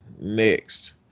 next